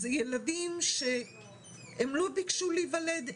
אלה ילדים שהם לא ביקשו להיוולד.